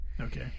Okay